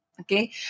Okay